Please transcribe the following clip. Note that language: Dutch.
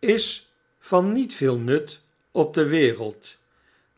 is van niet veel nut op de wereld